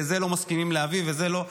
את זה מסכימים להביא ואת זה לא,